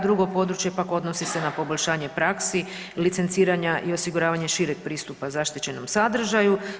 Drugo područje pak odnosi se na poboljšanje praksi, licenciranja i osiguravanja šireg pristupa zaštićenom sadržaju.